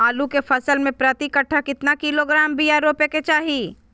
आलू के फसल में प्रति कट्ठा कितना किलोग्राम बिया रोपे के चाहि?